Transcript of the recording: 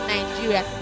Nigeria